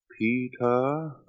Peter